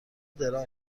درام